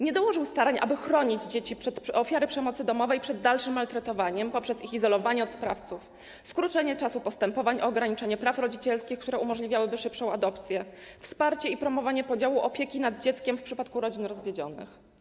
Nie dołożył starań, aby chronić dzieci, ofiary przemocy domowej, przed dalszym maltretowaniem poprzez ich izolowanie od sprawców, skrócenie czasu postępowań, ograniczenie praw rodzicielskich, co umożliwiałoby szybszą adopcję, wsparcie i promowanie podziału opieki nad dzieckiem w przypadku rodzin rozwiedzionych.